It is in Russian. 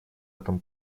этом